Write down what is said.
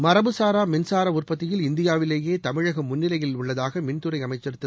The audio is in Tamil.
மரபுசாரா மின்சார உற்பத்தியில் இந்தியாவிலேயே தமிழகம் முன்னிலையில் உள்ளதாக மின்துறை அமைச்சர் திரு